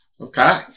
Okay